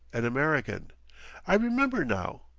an american i remember, now.